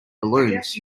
balloons